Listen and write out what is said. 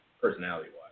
personality-wise